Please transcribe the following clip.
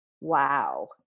wow